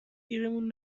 گیرمون